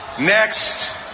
Next